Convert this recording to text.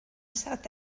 south